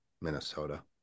Minnesota